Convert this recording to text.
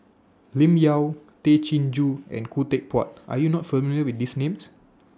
Lim Yau Tay Chin Joo and Khoo Teck Puat Are YOU not familiar with These Names